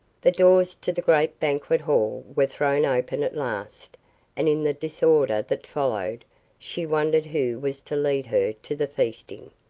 the doors to the great banquet-hall were thrown open at last and in the disorder that followed she wondered who was to lead her to the feasting.